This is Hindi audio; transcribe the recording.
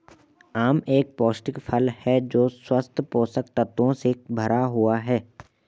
आम एक पौष्टिक फल है जो स्वस्थ पोषक तत्वों से भरा हुआ है